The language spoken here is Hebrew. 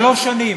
שלוש שנים,